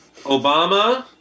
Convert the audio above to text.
Obama